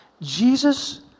Jesus